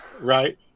right